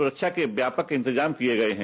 सुरक्षा के व्यापक इंतजाम किए गये हैं